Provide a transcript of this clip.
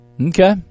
Okay